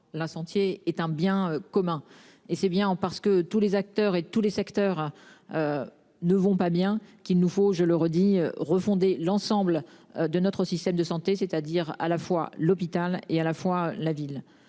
la sentier est un bien commun et c'est bien parce que tous les acteurs et tous les secteurs. Ne vont pas bien, qu'il nous faut, je le redis, refonder l'ensemble de notre système de santé, c'est-à-dire à la fois l'hôpital et à la fois la ville.